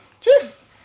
Cheers